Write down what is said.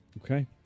Okay